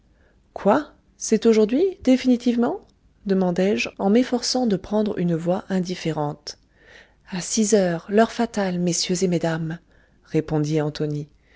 quoi c'est aujourd'hui définitivement demandai-je en m'efforçant de prendre une voix indifférente à six heures l'heure fatale messieurs et mesdames répondit antonie